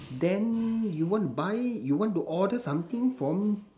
then you want to buy you want to order something from